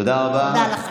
תודה לכם.